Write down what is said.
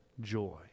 joy